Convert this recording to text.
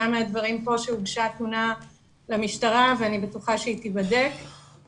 מהדברים פה שהוגשה תלונה למשטרה ואני בטוחה שהיא תיבדק.